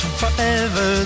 forever